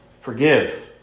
forgive